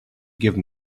give